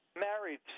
married